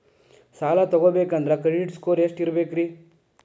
ಸಾಲ ತಗೋಬೇಕಂದ್ರ credit score ಎಷ್ಟ ಇರಬೇಕ್ರಿ?